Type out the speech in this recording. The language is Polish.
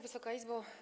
Wysoka Izbo!